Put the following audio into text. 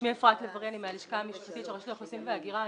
אני מהלשכה המשפטית של רשות האוכלוסין וההגירה.